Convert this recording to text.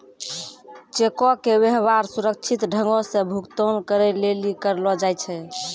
चेको के व्यवहार सुरक्षित ढंगो से भुगतान करै लेली करलो जाय छै